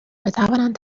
بتوانند